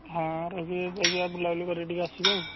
ହଁ ରହିବି ଯାଇକି ବୁଲାବୁଲି କରି ଟିକିଏ ଆସିବି ଆଉ